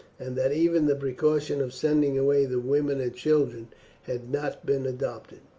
and that even the precaution of sending away the women and children had not been adopted.